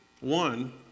One